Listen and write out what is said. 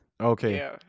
Okay